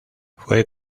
fue